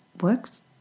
works